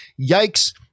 Yikes